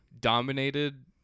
dominated